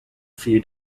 few